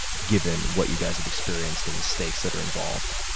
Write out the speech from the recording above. given what you guys have experienced and the stakes that are involved,